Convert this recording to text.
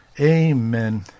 amen